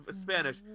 Spanish